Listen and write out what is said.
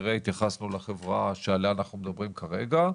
כנראה התייחסנו לחברה שעליה אנחנו מדברים כרגע.